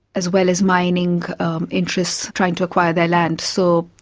as well as mining interests trying to acquire their land. so,